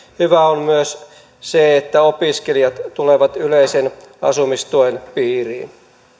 hyvää on myös se että opiskelijat tulevat yleisen asumistuen piiriin